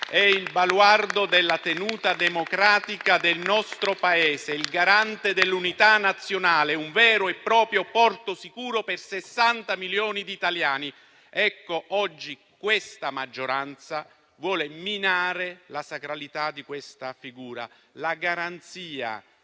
è il baluardo della tenuta democratica del nostro Paese, il garante dell'unità nazionale, un vero e proprio porto sicuro per 60 milioni di italiani. Oggi questa maggioranza vuole minare la sacralità di siffatta figura e la garanzia